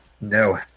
No